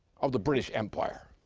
of the british empire,